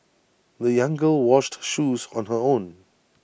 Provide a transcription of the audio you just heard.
the young girl washed her shoes on her own